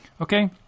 Okay